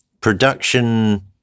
production